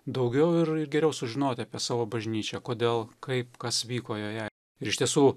daugiau ir geriau sužinoti apie savo bažnyčią kodėl kaip kas vyko joje ir iš tiesų